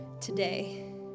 today